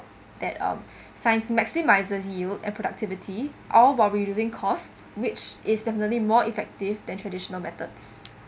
that um science maximises yield and productivity all while reducing costs which is definitely more effective than traditional method